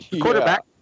Quarterback